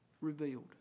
revealed